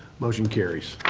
motion carries.